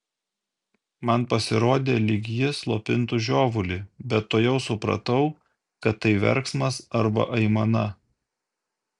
man pasirodė lyg ji slopintų žiovulį bet tuojau supratau kad tai verksmas arba aimana